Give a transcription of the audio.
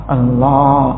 Allah